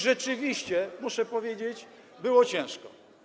Rzeczywiście, muszę powiedzieć, było ciężko.